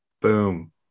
Boom